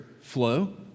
flow